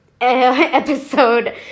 episode